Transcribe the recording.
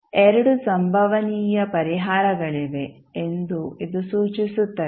ಈಗ 2 ಸಂಭವನೀಯ ಪರಿಹಾರಗಳಿವೆ ಎಂದು ಇದು ಸೂಚಿಸುತ್ತದೆ